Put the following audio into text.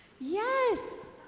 Yes